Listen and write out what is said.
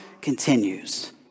continues